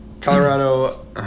Colorado